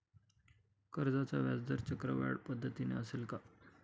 कर्जाचा व्याजदर चक्रवाढ पद्धतीने असेल का?